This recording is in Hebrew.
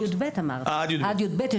עד כיתה י"ב.